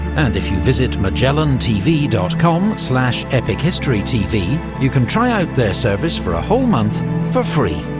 and if you visit magellantv dot com slash epichistorytv you can try out their service for a whole month for free.